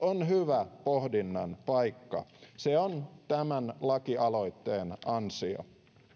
hyvä pohdinnan paikka se on tämän lakialoitteen ansio